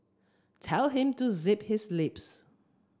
tell him to zip his lips